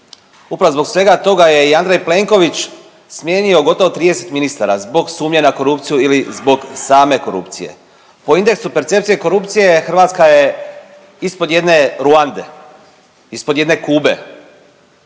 Upravo zbog svega toga je i Andrej Plenković smijenio gotovo 30 ministara zbog sumnje na korupciju ili zbog same korupcije. Po indeksu percepcije korupcije, Hrvatska je ispod 1 Ruande, ispod jedne Kube.